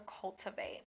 cultivate